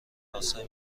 راستای